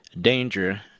danger